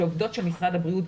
וגם הן עובדות של משרד הבריאות,